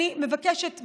אני מבקשת,